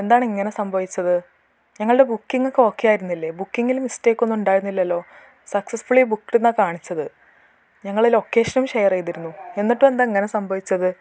എന്താണിങ്ങനെ സംഭവിച്ചത് ഞങ്ങളുടെ ബുക്കിങ്ങൊക്കെ ഒക്കെ ആയിരുന്നില്ലേ ബുക്കിങ്ങിൽ മിസ്റ്റേയ്ക്കൊന്നും ഉണ്ടായിരുന്നില്ലല്ലോ സക്സസ്ഫുളീ ബുക്ക്ഡ് എന്നാണ് കാണിച്ചത് ഞങ്ങൾ ലൊക്കേഷനും ഷെയർ ചെയ്തിരുന്നു എന്നിട്ടുമെന്താ ഇങ്ങനെ സംഭവിച്ചത്